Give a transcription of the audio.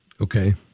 Okay